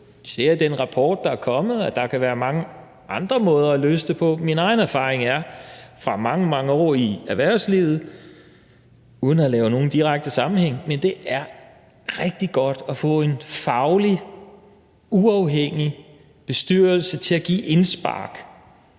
kan se af den rapport, der er kommet, at der kan være mange andre måder at løse det på. Min egen erfaring fra mange, mange år i erhvervslivet, uden at lave nogen direkte sammenligning, er, at det er rigtig godt at få en faglig, uafhængig bestyrelse til at give indspark